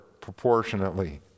proportionately